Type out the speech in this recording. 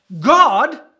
God